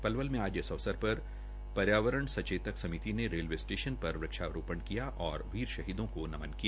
पलवल में आज इस अवसर पर पर्यावरण सचेतक समिति ने रेलवे स्टेशन पर वृक्षारोपण किया और वीर शहीदों को नमन किया